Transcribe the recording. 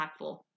impactful